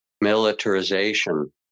militarization